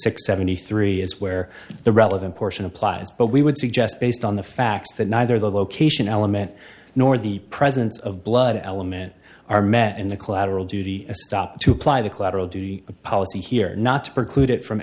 six seventy three is where the relevant portion applies but we would suggest based on the facts that neither the location element nor the presence of blood element are met in the collateral duty a stop to apply the collateral duty policy here not to preclude it from